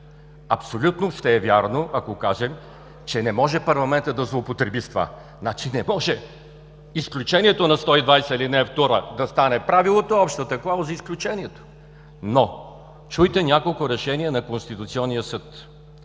Абсолютно ще е вярно, ако кажем, че не може парламентът да злоупотреби с това, значи не може изключението на чл. 120, ал. 2 да стане правилото – а общата клауза – изключението. Но чуйте няколко решения на Конституционния съд.